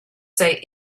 say